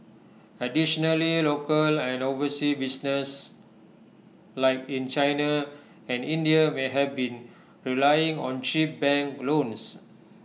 additionally local and overseas businesses like in China and India may have been relying on cheap bank loans